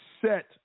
set